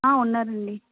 ఆ వున్నారండి